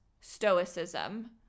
stoicism